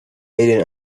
made